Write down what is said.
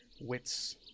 wits